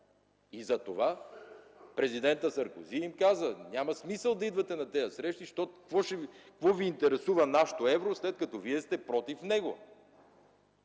Затова президентът Саркози им каза: „Няма смисъл да идвате на тези срещи, защото какво ви интересува нашето евро, след като вие сте против него?!”